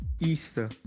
Easter